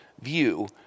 view